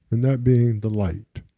and that being the light.